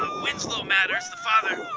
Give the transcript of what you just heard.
ah winslow matters, the father,